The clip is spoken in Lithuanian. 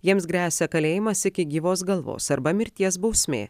jiems gresia kalėjimas iki gyvos galvos arba mirties bausmė